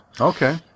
Okay